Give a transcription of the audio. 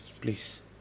please